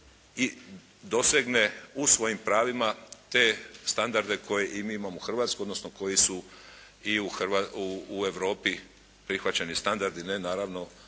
i dosegne u svojim pravima te standarde koje i mi imamo u Hrvatskoj odnosno koji su i u Europi prihvaćeni standardi ne naravno